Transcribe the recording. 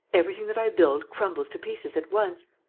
everything that i build crumbles to pieces at once.